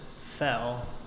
fell